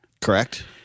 Correct